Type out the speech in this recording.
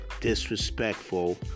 disrespectful